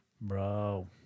Bro